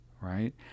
right